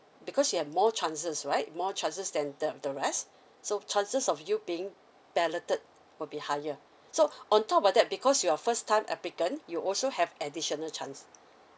because you have more chances right more chances than the the rest so chances of you being balloted will be higher so on top of that because you're first time applicant you also have additional chance